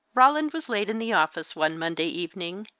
roland was late in the office one monday evening,